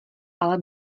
ale